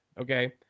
Okay